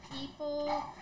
people